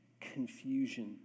confusion